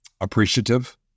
appreciative